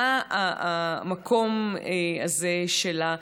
מה המקום הזה שלה,